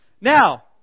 Now